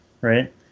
right